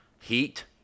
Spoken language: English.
Heat